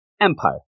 Empire